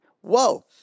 Whoa